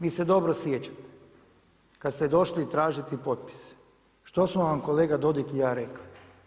Vi se dobro sjećate kad ste došli tražiti potpis, što smo vam kolega Dodig i ja rekli?